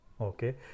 Okay